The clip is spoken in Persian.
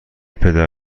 پدر